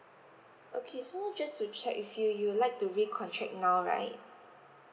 okay so just to check with you you like to recontract now right